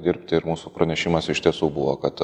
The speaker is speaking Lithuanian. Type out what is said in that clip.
dirbti ir mūsų pranešimas iš tiesų buvo kad